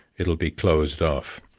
it'll be closed off.